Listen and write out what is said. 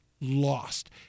Lost